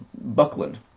Buckland